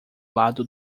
lado